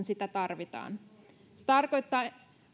sitä tarvitaan se tarkoittaa